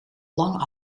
lang